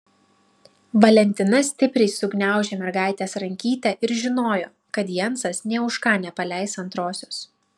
valentina stipriai sugniaužė mergaitės rankytę ir žinojo kad jensas nė už ką nepaleis antrosios